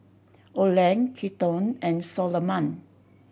Oland Kelton and Soloman